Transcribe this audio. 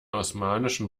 osmanischen